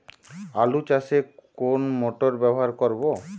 আলু চাষে কোন মোটর ব্যবহার করব?